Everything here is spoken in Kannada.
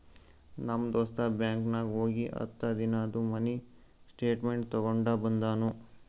ನಮ್ ದೋಸ್ತ ಬ್ಯಾಂಕ್ ನಾಗ್ ಹೋಗಿ ಹತ್ತ ದಿನಾದು ಮಿನಿ ಸ್ಟೇಟ್ಮೆಂಟ್ ತೇಕೊಂಡ ಬಂದುನು